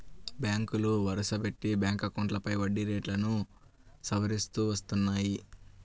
బ్యాంకులు వరుసపెట్టి బ్యాంక్ అకౌంట్లపై వడ్డీ రేట్లను సవరిస్తూ వస్తున్నాయి